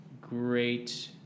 great